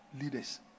leaders